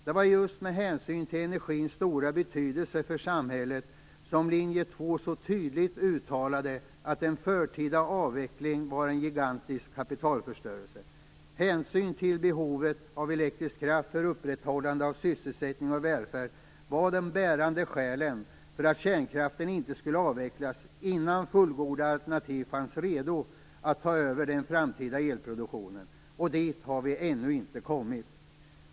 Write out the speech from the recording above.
Det var just med hänsyn till energins stora betydelse för samhället som linje 2 så tydligt uttalade att en förtida avveckling var en gigantisk kapitalförstörelse. Hänsyn till behovet av elektrisk kraft för upprätthållande av sysselsättning och välfärd av det bärande skälet för att kärnkraften inte skulle avvecklas innan fullgoda alternativ fanns redo att ta över den framtida elproduktionen. Dit har vi ännu inte kommit.